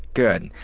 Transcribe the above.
good.